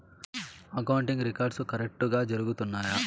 accounting records కరెక్టుగా జరుగుతున్నాయా